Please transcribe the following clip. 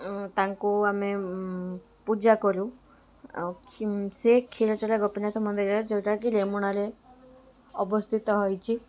ତାଙ୍କୁ ଆମେ ପୂଜା କରୁ ସେ କ୍ଷୀରଚୋରା ଗୋପୀନାଥ ମନ୍ଦିରରେ ଯେଉଁଟାକି ରେମୁଣାରେ ଅବସ୍ଥିତ ହେଇଛି